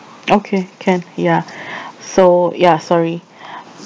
okay can ya so ya sorry